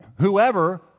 whoever